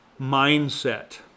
mindset